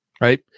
Right